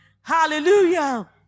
Hallelujah